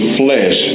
flesh